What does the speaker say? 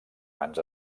mans